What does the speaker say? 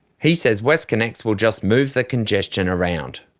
he says westconnex will just move the congestion around.